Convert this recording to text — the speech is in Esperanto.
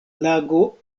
lago